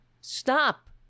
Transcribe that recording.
stop